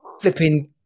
flipping